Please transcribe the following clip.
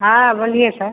हाँ बोलिए सर